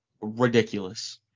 ridiculous